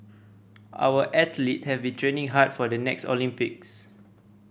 our athlete have been training hard for the next Olympics